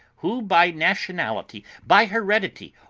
who by nationality, by heredity,